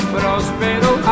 Prospero